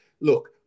look